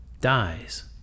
dies